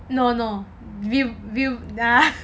no no view view ya